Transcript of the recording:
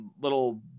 little